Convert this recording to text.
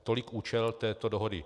Tolik účel této dohody.